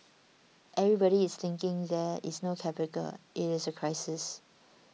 everybody is thinking there is no capital it is a crisis